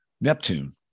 Neptune